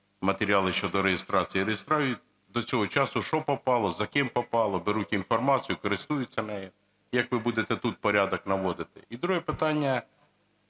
матеріали щодо реєстрації. Реєструють до цього часу що попало, за ким попало, беруть інформацію, користуються нею. Як ви будете тут порядок наводити? І друге питання